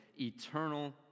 eternal